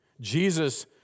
Jesus